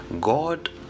God